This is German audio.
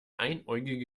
einäugige